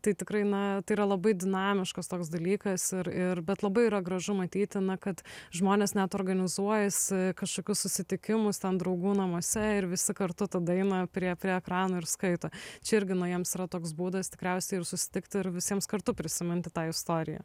tai tikrai na tai yra labai dinamiškas toks dalykas ir ir bet labai yra gražu matyti na kad žmonės net organizuojasi kažkokius susitikimus ten draugų namuose ir visi kartu tada eina prie prie ekrano ir skaito čia irgi nu jiems yra toks būdas tikriausiai ir susitikti ir visiems kartu prisiminti tą istoriją